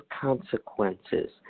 consequences